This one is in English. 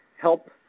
help